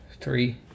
three